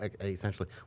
essentially